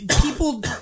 people